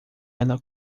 ela